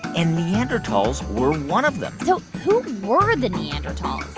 and neanderthals were one of them so who were the neanderthals?